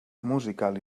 musical